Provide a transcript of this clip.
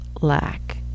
lack